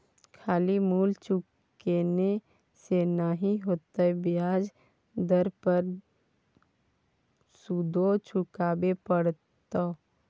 खाली मूल चुकेने से नहि हेतौ ब्याज दर पर सुदो चुकाबे पड़तौ